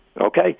okay